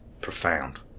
profound